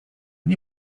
nie